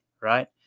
right